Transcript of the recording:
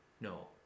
No